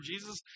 Jesus